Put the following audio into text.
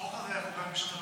החוק הזה חוקק ב-2016.